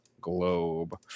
globe